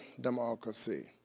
democracy